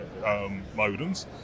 modems